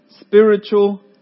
spiritual